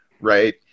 right